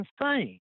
insane